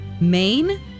Maine